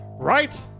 Right